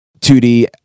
2D